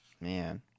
Man